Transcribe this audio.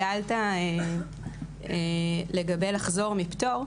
שאלת לגבי לחזור מפטור,